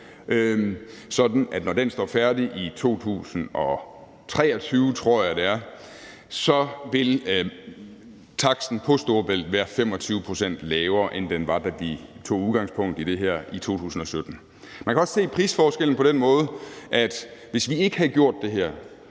at når den står færdig i 2023, tror jeg det er, vil taksten på Storebælt være 25 pct. lavere, end den var, da vi tog udgangspunkt i det her i 2017. Man kan også se prisforskellen på den måde, at det, hvis vi ikke havde gjort det her,